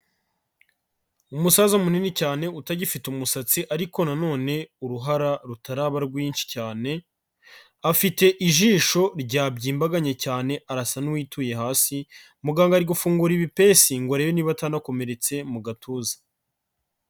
Umusaza munini cyane, utagifite umusatsi, ariko na none uruhara rutaraba rwinshi cyane, afite ijisho ryabyimbaganye cyane arasa n'uwituye hasi, muganga ari gufungura ibipesi, ngo arebe niba atanakomeretse mu gatuza.